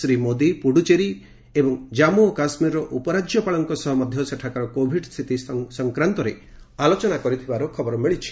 ଶ୍ରୀ ମୋଦୀ ପୁଡ଼ୁଚେରୀ ଏବଂ ଜାମ୍ଗୁ ଓ କାଶ୍ମୀରର ଉପରାଜ୍ୟପାଳଙ୍କ ସହ ମଧ୍ୟ ସେଠାକାର କୋଭିଡ ସ୍ଥିତି ସଂକ୍ରାନ୍ତରେ ଆଲୋଚନା କରିଥିବାର ଖବର ମିଳିଛି